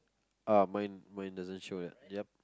uh mine mine doesn't show that yup